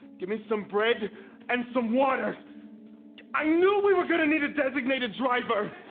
give me, some bread and some water i knew we were gonna need a designated driver!